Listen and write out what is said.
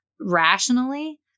rationally